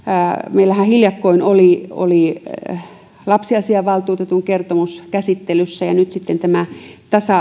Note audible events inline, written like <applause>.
meillähän hiljakkoin oli oli lapsiasiavaltuutetun kertomus käsittelyssä ja nyt sitten tämä tasa <unintelligible>